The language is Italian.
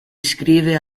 iscrive